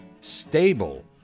stable